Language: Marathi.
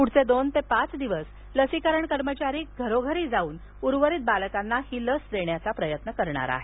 पुढील दोन ते पाच दिवस लसीकरण कर्मचारी घरोघरी जाऊन उर्वरित बालकांना ही लस देण्याचा प्रयत्न करणार आहेत